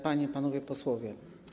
Panie i Panowie Posłowie!